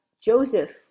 Joseph